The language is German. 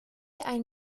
ein